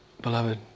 Beloved